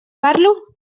parlo